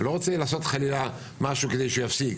אני לא רוצה לעשות חלילה משהו כדי שהוא יפסיק.